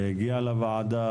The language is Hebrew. וזה הגיע לוועדה.